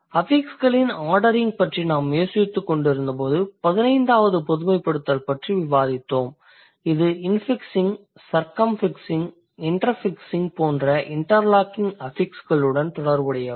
அஃபிக்ஸ்களின் ordering பற்றி நாம் யோசித்துக்கொண்டிருந்தபோது பதினைந்தாவது பொதுமைப்படுத்தல் பற்றி விவாதித்தோம் இது இன்ஃபிக்ஸிங் சர்கம்ஃபிக்ஸிங் இண்டெர்ஃபிக்ஸிங் போன்ற இண்டர்லாக்கிங் அஃபிக்ஸ்களுடன் தொடர்புடையது